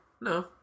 No